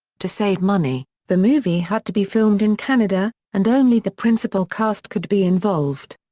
to save money, the movie had to be filmed in canada, and only the principal cast could be involved.